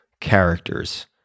characters